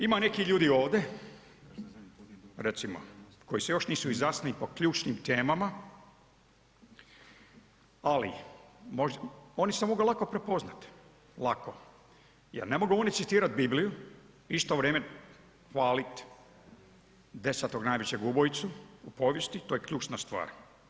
Ima neki ljudi ovde, recimo koji se još nisu izjasnili o ključnim temama, ali oni se mogu lako prepoznat, lako jer ne mogu oni citirat Bibliju i u isto vrijeme hvalit desetog najvećeg ubojicu u povijesti, to je ključna stvar.